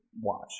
watch